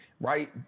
right